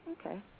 Okay